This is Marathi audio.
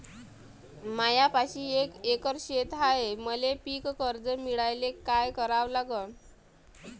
मायापाशी एक एकर शेत हाये, मले पीककर्ज मिळायले काय करावं लागन?